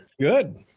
Good